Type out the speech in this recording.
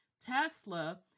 Tesla